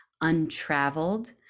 Untraveled